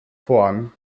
vorn